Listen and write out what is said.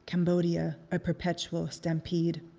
cambodia a perpetual stampede.